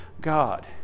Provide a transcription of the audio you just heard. God